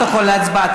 להצבעה,